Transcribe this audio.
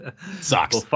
sucks